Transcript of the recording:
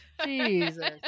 jesus